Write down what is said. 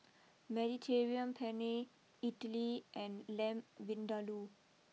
Mediterranean Penne Idili and Lamb Vindaloo